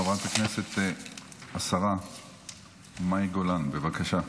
חברת הכנסת השרה מאי גולן, בבקשה.